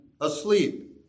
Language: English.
asleep